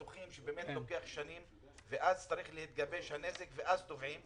זה זמן קצר עד שיתגבש הנזק ואז מגיעה התביעה.